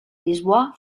lisboa